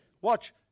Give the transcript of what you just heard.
Watch